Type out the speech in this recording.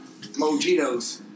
Mojitos